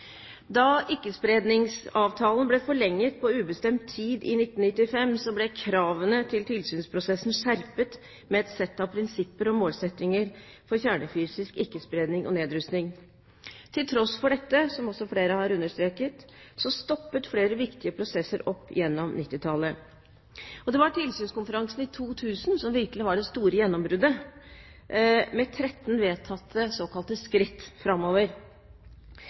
Da Ikke-spredningsavtalen ble forlenget på ubestemt tid i 1995, ble kravene til tilsynsprosessen skjerpet med et sett av «Prinsipper og målsettinger for kjernefysisk ikkespredning og nedrustning». Til tross for dette, som også flere har understreket, stoppet flere viktige prosesser opp gjennom 1990-tallet. Det var tilsynskonferansen i 2000 som virkelig var det store gjennombruddet, med 13 vedtatte såkalte skritt framover.